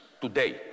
today